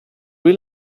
lui